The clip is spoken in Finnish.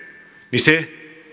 niin se